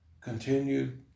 Continued